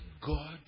God